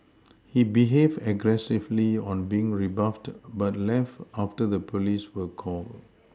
he behaved aggressively on being rebuffed but left after the police were called